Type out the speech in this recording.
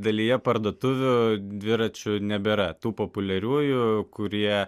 dalyje parduotuvių dviračių nebėra tų populiariųjų kurie